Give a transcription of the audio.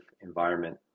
environment